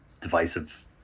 divisive